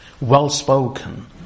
well-spoken